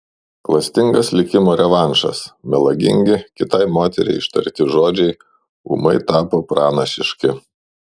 klastingas likimo revanšas melagingi kitai moteriai ištarti žodžiai ūmai tapo pranašiški